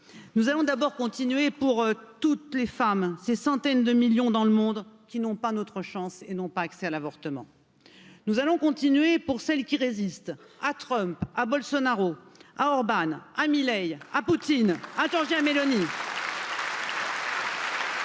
nous allons d'abord continuer pour toutes les femmes, ces centaines de millions dans le monde qui n'ont pas notre chance et n'ont pas accès à l'avortement, nous allons continuer pour celles qui résistent à Trump, à Orban, à Miley, à Poutine, à Mais sans